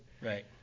Right